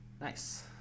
Nice